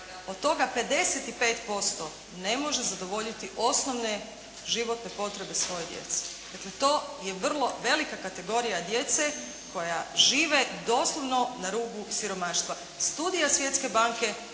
Od toga 55% ne može se zadovoljiti osnovne životne potrebe svoje djece. Dakle, to je vrlo velika kategorija djece koja žive doslovno na rubu siromaštva. Studija Svjetske banke